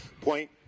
point